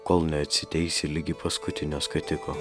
kol neatsiteisi ligi paskutinio skatiko